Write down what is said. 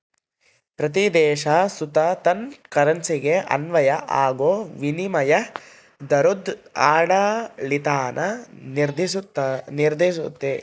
ಪ್ರತೀ ದೇಶ ಸುತ ತನ್ ಕರೆನ್ಸಿಗೆ ಅನ್ವಯ ಆಗೋ ವಿನಿಮಯ ದರುದ್ ಆಡಳಿತಾನ ನಿರ್ಧರಿಸ್ತತೆ